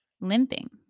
limping